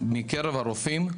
מקרב הרופאים,